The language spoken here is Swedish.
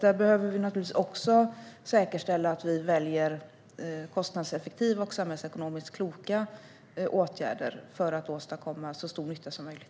Där behöver vi naturligtvis också säkerställa att vi väljer kostnadseffektiva och samhällsekonomiskt kloka åtgärder för att åstadkomma så stor nytta som möjligt.